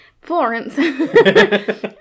florence